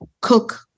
cook